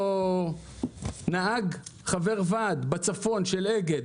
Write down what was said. נהג חבר ועד של אגד בצפון